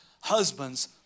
Husbands